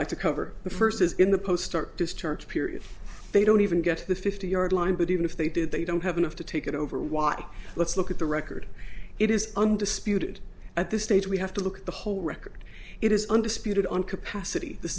like to cover the first is in the post start discharge period they don't even get to the fifty yard line but even if they do they don't have enough to take it over why let's look at the record it is undisputed at this stage we have to look at the whole record it is undisputed on capacity this